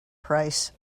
price